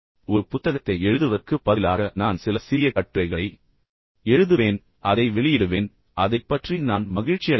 எனவே ஒரு புத்தகத்தை எழுதுவதற்குப் பதிலாக நான் சில சிறிய கட்டுரைகளை எழுதுவேன் பின்னர் அதை வெளியிடுவேன் அதைப் பற்றி நான் மகிழ்ச்சியடைவேன்